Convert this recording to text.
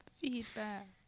Feedback